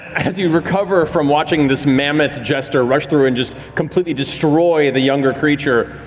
as you recover from watching this mammoth jester rush through and just completely destroy the younger creature,